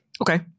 okay